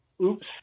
oops